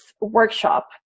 workshop